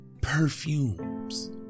perfumes